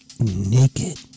Naked